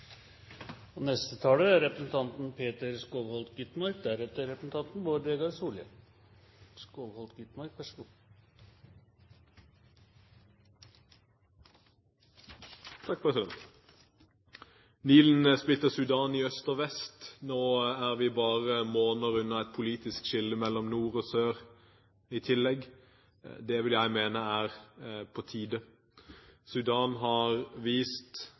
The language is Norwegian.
Nilen splitter Sudan i øst og vest. Nå er vi i tillegg bare måneder unna et politisk skille mellom nord og sør. Det vil jeg mene er på tide. Sudan har dessverre vist